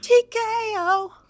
TKO